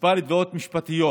כמה תביעות משפטיות